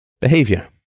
behavior